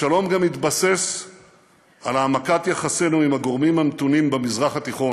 השלום מתבסס על העמקת יחסינו עם הגורמים המתונים במזרח התיכון,